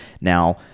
Now